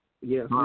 yes